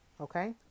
Okay